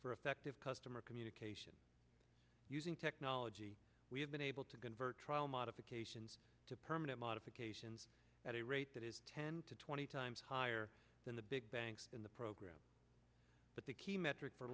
for effective customer communication using technology we have been able to convert trial modifications to permanent modifications at a rate that is ten to twenty times higher than the big banks in the program but the key metric for